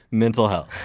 mental health.